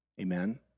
Amen